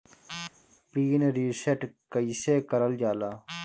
Pin reset कईसे करल जाला?